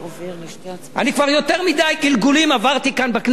כבר יותר מדי גלגולים עברתי כאן בכנסת.